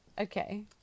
Okay